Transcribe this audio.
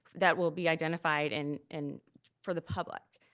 that will be identified and and for the public?